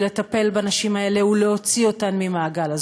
לטפל בנשים האלה ולהוציא אותן ממעגל הזנות.